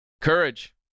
Courage